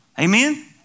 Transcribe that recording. amen